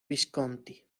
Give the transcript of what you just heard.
visconti